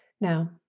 Now